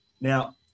Now